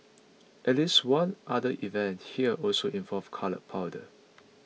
at least one other event here also involved coloured powder